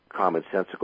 commonsensical